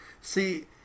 See